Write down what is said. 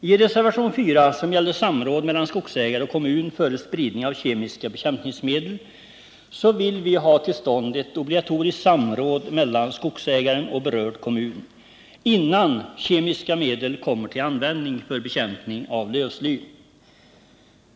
I reservationen 4, som gäller samråd mellan skogsägare och kommun före spridning av kemiska bekämpningsmedel, vill vi ha till stånd ett obligatoriskt samråd mellan skogsägare och berörd kommun innan kemiska medel kommer till användning för bekämpning av lövsly.